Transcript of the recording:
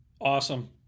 Awesome